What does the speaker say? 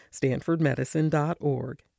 stanfordmedicine.org